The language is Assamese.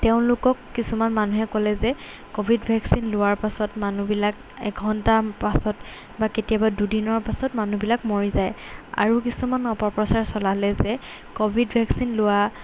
তেওঁলোকক কিছুমান মানুহে ক'লে যে ক'ভিড ভেকচিন লোৱাৰ পাছত মানুহবিলাক এঘণ্টা পাছত বা কেতিয়াবা দুদিনৰ পাছত মানুহবিলাক মৰি যায় আৰু কিছুমান অপপ্ৰচাৰ চলালে যে ক'ভিড ভেকচিন লোৱা